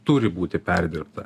turi būti perdirbta